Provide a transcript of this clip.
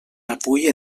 avui